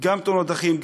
בתאונות דרכים?